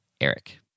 Eric